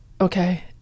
okay